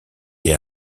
des